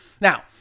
Now